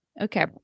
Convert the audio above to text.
Okay